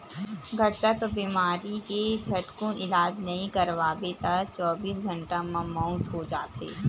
घटसर्प बेमारी के झटकुन इलाज नइ करवाबे त चौबीस घंटा म मउत हो जाथे